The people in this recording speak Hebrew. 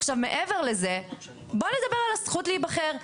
עכשיו, מעבר לזה, בואו נדבר על הזכות להיבחר.